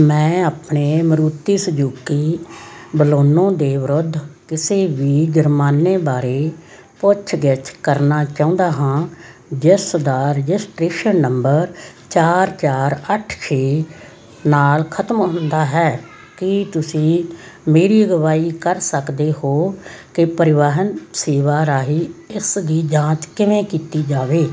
ਮੈਂ ਆਪਣੇ Maruti Suzuki Baleno ਦੇ ਵਿਰੁੱਧ ਕਿਸੇ ਵੀ ਜੁਰਮਾਨੇ ਬਾਰੇ ਪੁੱਛ ਗਿੱਛ ਕਰਨਾ ਚਾਹੁੰਦਾ ਹਾਂ ਜਿਸ ਦਾ ਰਜਿਸਟ੍ਰੇਸ਼ਨ ਨੰਬਰ ਚਾਰ ਚਾਰ ਅੱਠ ਛੇ ਨਾਲ ਖਤਮ ਹੁੰਦਾ ਹੈ ਕੀ ਤੁਸੀਂ ਮੇਰੀ ਅਗਵਾਈ ਕਰ ਸਕਦੇ ਹੋ ਕਿ ਪਰਿਵਾਹਨ ਸੇਵਾ ਰਾਹੀਂ ਇਸ ਦੀ ਜਾਂਚ ਕਿਵੇਂ ਕੀਤੀ ਜਾਵੇ